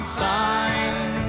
sign